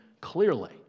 clearly